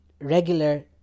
regular